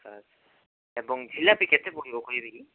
ଆଚ୍ଛା ଏବଂ ଜିଲାପି କେତେ ପଡ଼ିବ କହିବେକି